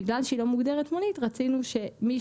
בגלל שהיא לא מוגדרת מונית רצינו שמי